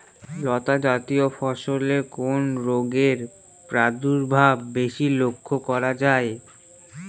লতাজাতীয় ফসলে কোন রোগের প্রাদুর্ভাব বেশি লক্ষ্য করা যায়?